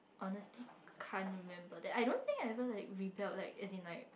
honestly can't remember that I don't think having the rebels like as in like